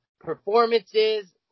performances